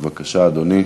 בבקשה, אדוני.